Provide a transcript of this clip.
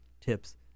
tips